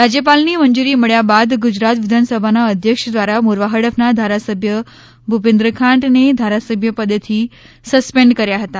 રાજ્યપાલની મંજૂરી મળ્યા બાદ ગુજરાત વિધાનસભાના અધ્યક્ષ દ્વારા મોરવા હડફના ધારાસભ્ય ભુપેન્દ્ર ખાંટને ધારાસભ્ય પદેથી સસ્પેન્ડ કર્યા હતા